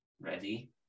ready